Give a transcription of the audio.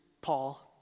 Paul